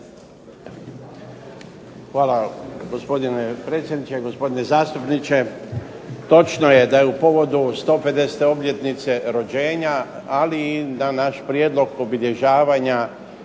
Hvala gospodine predsjedniče. Gospodine zastupniče, točno je da je u povodu 150 obljetnice rođenja, ali i na naš prijedlog obilježavanja